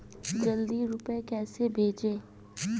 जल्दी रूपए कैसे भेजें?